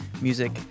Music